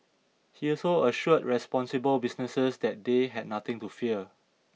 he also assured responsible businesses that they had nothing to fear